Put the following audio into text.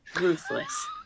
ruthless